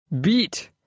beat